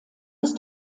ist